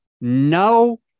no